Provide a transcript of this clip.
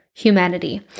humanity